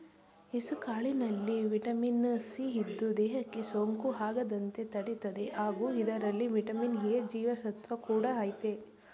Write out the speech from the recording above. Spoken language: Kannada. ಹೆಸುಕಾಳಿನಲ್ಲಿ ವಿಟಮಿನ್ ಸಿ ಇದ್ದು, ದೇಹಕ್ಕೆ ಸೋಂಕು ಆಗದಂತೆ ತಡಿತದೆ ಹಾಗೂ ಇದರಲ್ಲಿ ವಿಟಮಿನ್ ಎ ಜೀವಸತ್ವ ಕೂಡ ಆಯ್ತೆ